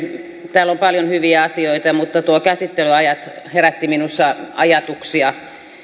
täällä on paljon hyviä asioita mutta nuo käsittelyajat herättivät minussa ajatuksia